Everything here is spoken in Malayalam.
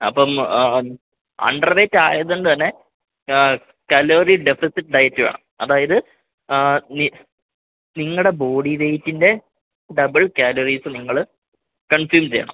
അപ്പം അണ്ടർ വെയ്റ്റായതു കൊണ്ടുതന്നെ കലോറി ഡെഫിസിറ്റ് ഡയറ്റ് വേണം അതായത് നിങ്ങളുടെ ബോഡി വെയ്റ്റിൻ്റെ ഡബിൾ കാലറീസ് നിങ്ങള് കൺസ്യും ചെയ്യണം